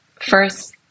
first